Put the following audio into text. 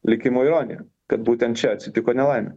likimo ironija kad būtent čia atsitiko nelaimė